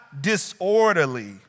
disorderly